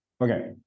Okay